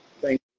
thank